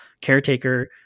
caretaker